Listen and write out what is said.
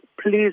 please